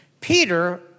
Peter